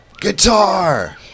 Guitar